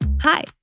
Hi